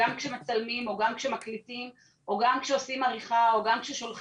גם כשמצלמים או גם כשמקליטים או גם כשעושים עריכה או גם כששולחים,